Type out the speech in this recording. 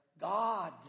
God